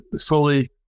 fully